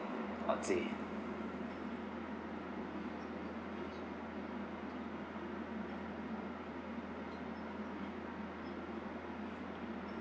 I'd say